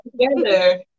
together